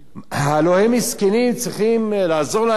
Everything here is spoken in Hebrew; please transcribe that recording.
הלוא הם מסכנים, צריכים לעזור להם.